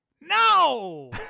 No